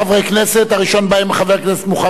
הראשון בהם חבר הכנסת מוחמד ברכה,